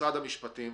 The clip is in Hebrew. משרד המשפטים